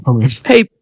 Hey